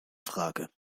frage